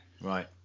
Right